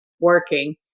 working